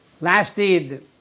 lasted